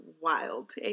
wild